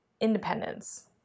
independence